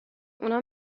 اونا